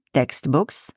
textbooks